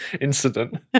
incident